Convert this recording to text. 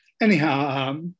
Anyhow